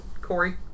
Corey